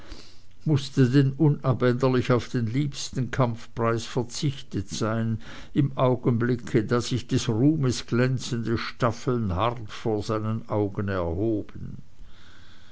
mußte denn unabänderlich auf den liebsten kampfpreis verzichtet sein im augenblicke da sich des ruhmes glänzende staffeln hart vor seinen augen erhoben